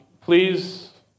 Please